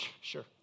Sure